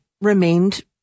remained